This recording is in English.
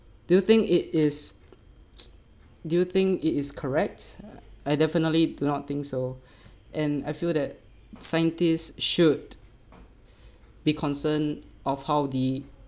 do you think it is do you think it is correct I definitely do not think so and I feel that scientists should be concerned of how the